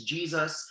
Jesus